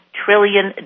trillion